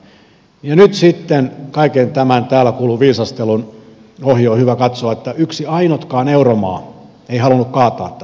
ja nyt sitten kaiken tämän täällä kuullun viisastelun ohi on hyvä katsoa että yksi ainutkaan euromaa ei halunnut kaataa tätä ei ainutkaan